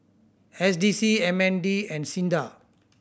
S D C M N D and SINDA